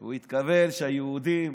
הוא התכוון שהיהודים,